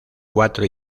cuatro